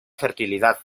fertilidad